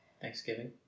Thanksgiving